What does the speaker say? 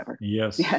Yes